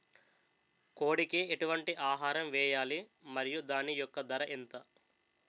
కోడి కి ఎటువంటి ఆహారం వేయాలి? మరియు దాని యెక్క ధర ఎంత?